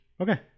Okay